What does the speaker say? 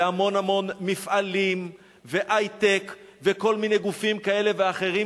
בהמון-המון מפעלים והיי-טק וכל מיני גופים כאלה ואחרים